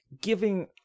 giving